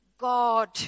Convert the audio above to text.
God